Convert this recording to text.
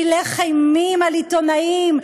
הילך אימים על עיתונאים,